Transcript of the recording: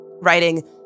Writing